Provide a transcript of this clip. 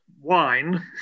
wine